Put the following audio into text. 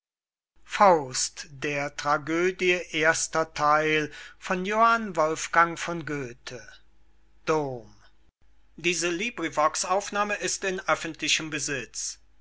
sprechen der tragödie erster